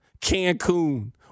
Cancun